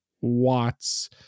Watts